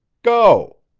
go!